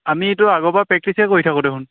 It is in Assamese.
আমি এইটো আগৰপৰা প্ৰেক্টিছে কৰি থাকোঁ দেখোন